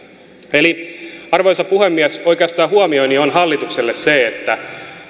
arvoisa puhemies oikeastaan huomioni on hallitukselle se että